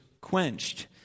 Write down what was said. quenched